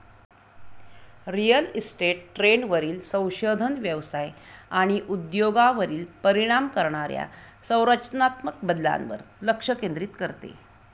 real estate ट्रेंडवरील संशोधन व्यवसाय आणि उद्योगावर परिणाम करणाऱ्या संरचनात्मक बदलांवर लक्ष केंद्रित करते